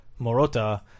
Morota